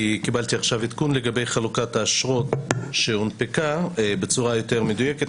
כי קיבלתי עכשיו עדכון לגבי חלוקת האשרות שהונפקה בצורה יותר מדויקת.